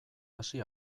hasi